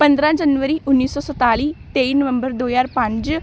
ਪੰਦਰਾਂ ਜਨਵਰੀ ਉੱਨੀ ਸੌ ਸੰਤਾਲੀ ਤੇਈ ਨਵੰਬਰ ਦੋ ਹਜ਼ਾਰ ਪੰਜ